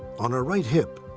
on her right hip,